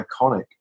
iconic